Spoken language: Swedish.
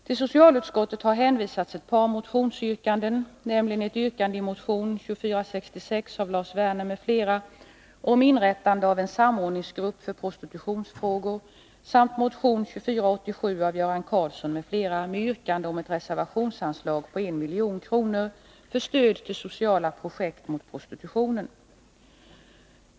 Till socialutskottet har hänvisats ett par motionsyrkanden, nämligen ett yrkande i motion 2466 av Lars Werner m.fl. om inrättande av en samordningsgrupp för prostitutionsfrågor samt motion 2487 av Göran Karlsson m.fl. med yrkande om ett reservationsanslag på 1 milj.kr. för stöd till sociala projekt mot prostitutionen.